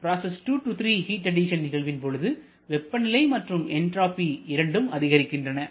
process 2 3 heat addition நிகழ்வின் பொழுது வெப்பநிலை மற்றும் என்ட்ராபி இரண்டும் அதிகரிக்கின்றன